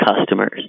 customers